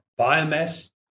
biomass